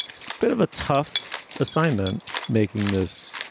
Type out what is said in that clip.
so bit of a tough assignment making this,